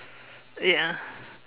ya